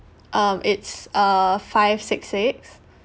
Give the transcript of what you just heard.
um it's uh five six six